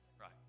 right